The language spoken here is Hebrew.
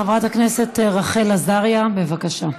חברת הכנסת רחל עזריה, בבקשה.